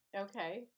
okay